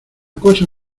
cosa